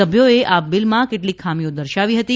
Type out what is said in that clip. સભ્યોએ આ બિલમાં કેટલીક ખામીઓ દર્શાવી હતી